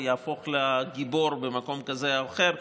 ויהפוך לגיבור במקום כזה או אחר,